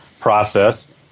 process